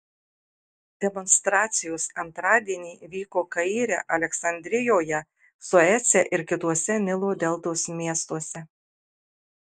demonstracijos antradienį vyko kaire aleksandrijoje suece ir kituose nilo deltos miestuose